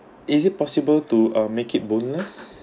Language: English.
is it possible to uh make it boneless